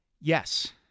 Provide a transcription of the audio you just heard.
Yes